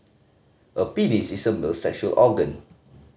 a penis is a male's sexual organ